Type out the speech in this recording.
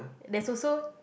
there's also